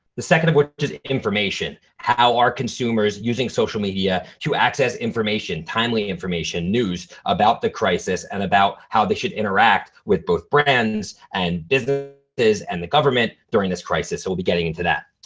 the second of which is information. how are consumers using social media to access information, timely information, news about the crisis and about how they should interact with both brands and businesses and the government during this crisis. so we'll be getting into that.